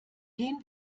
gehen